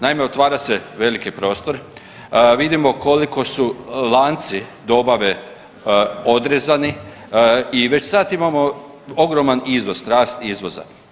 Naime, otvara se veliki prostor, vidimo koliko su lanci dobave odrezani i već sad imamo ogroman iznos, rast izvoza.